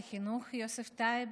יושב-ראש ועדת החינוך יוסף טייב